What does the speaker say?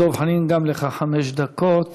אני קובע כי הצעת החוק אושרה בקריאה שנייה,